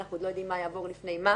אנחנו עוד לא יודעים מה יעבור לפני מה.